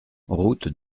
route